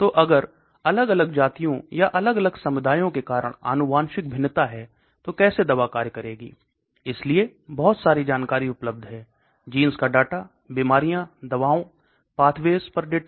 तो अगर अलग अलग जातियों या अलग अलग समुदायों के कारण आनुवांशिक भिन्नता है तो कैसे दवा कार्य करेगी इसलिए बहुत सारी जानकारी उपलब्ध है जीन्स का डाटा बीमारियों दवाओं पाथवेस पर डेटा